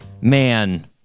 man